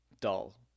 dull